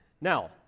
Now